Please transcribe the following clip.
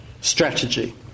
strategy